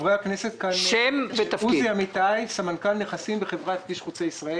אני סמנכ"ל נכסים בחברה כביש חוצה ישראל.